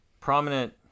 prominent